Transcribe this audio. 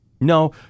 No